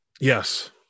yes